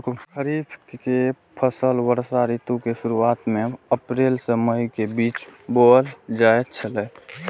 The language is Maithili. खरीफ के फसल वर्षा ऋतु के शुरुआत में अप्रैल से मई के बीच बौअल जायत छला